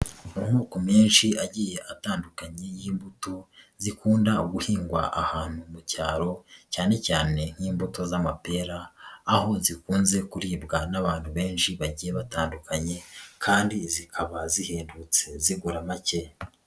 Amoko menshi agiye atandukanye y'imbuto zikunda guhingwa ahantu mu cyaro cyane cyane nk'imbuto z'amapera aho zikunze kuribwa n'abantu benshi bagiye batandukanye kandi zikaba zihendutse zigura make.